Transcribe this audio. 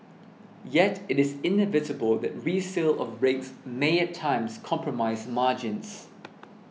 yet it is inevitable that resale of rigs may at times compromise margins